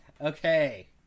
Okay